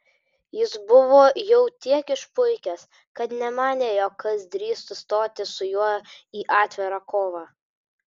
jis buvo jau tiek išpuikęs kad nemanė jog kas drįstų stoti su juo į atvirą kovą